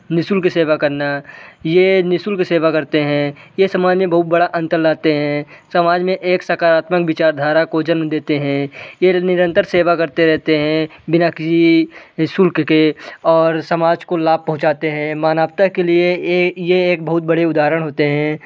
निःशुल्क सेवा करना ये निःशुल्क सेवा करते हैं ये समाज में बहुत बड़ा अंतर लाते हैं समाज में एक सकारात्मक विचारधारा को जन्म देते हैं ये निरंतर सेवा करते रहते हैं बिना किसी शुल्क के और समाज को लाभ पहुंचाते हैं मानवता के लिए ये एक बहुत बड़े उदाहरण होते हैं